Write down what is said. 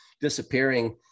disappearing